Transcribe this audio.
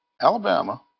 Alabama